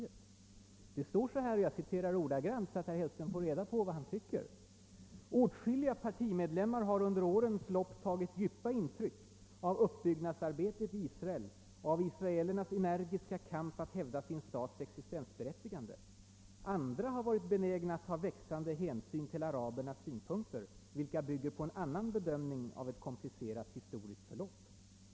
Det står på detta sätt i utlåtandet -— jag citerar ordagrant för att herr Hellström skall få klart för sig vad han tycker: »Åtskilliga partimedlemmar har under årens lopp tagit djupa intryck av uppbyggnadsarbetet i Israel och av israelernas energiska kamp att hävda sin stats existensberättigande. Andra har varit benägna att ta växande hänsyn till arabernas synpunkter, vilka bygger på en annan bedömning av ett komplicerat historiskt förlopp.